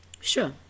Sure